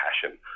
passion